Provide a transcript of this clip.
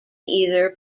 either